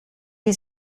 wie